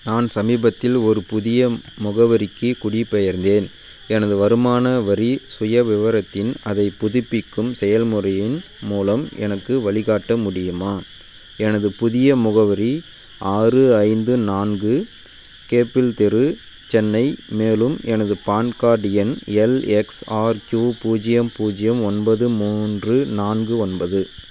நான் சமீபத்தில் ஒரு புதிய முகவரிக்கு குடிப்பெயர்ந்தேன் எனது வருமான வரி சுயவிவரத்தின் அதை புதுப்பிக்கும் செயல்முறையின் மூலம் எனக்கு வழிகாட்ட முடியுமா எனது புதிய முகவரி ஆறு ஐந்து நான்கு மேப்பிள் தெரு சென்னை மேலும் எனது பான்கார்ட் எண் எல்எக்ஸ்ஆர்க்யூ பூஜ்ஜியம் பூஜ்ஜியம் ஒன்பது மூன்று நான்கு ஒன்பது